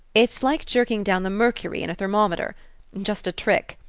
it's like jerking down the mercury in a thermometer just a trick.